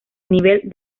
nivel